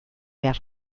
behar